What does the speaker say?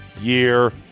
year